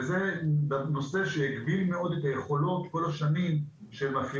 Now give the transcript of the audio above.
וזה נושא שהגביל מאוד את היכולות של מפעילי